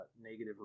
negative